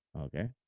Okay